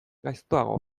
gaiztoago